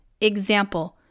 Example